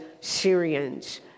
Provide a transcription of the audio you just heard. Syrians